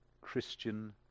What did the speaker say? Christian